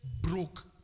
broke